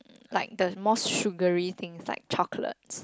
like the more sugary things like chocolates